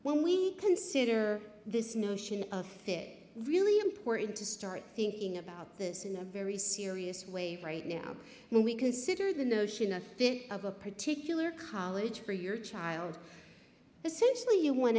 when we consider this notion of fit really important to start thinking about this in a very serious way right now when we consider the notion a bit of a particular college for your child